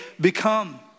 become